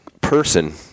person